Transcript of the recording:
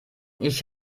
ich